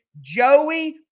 Joey